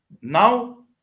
now